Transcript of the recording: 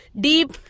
deep